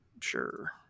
Sure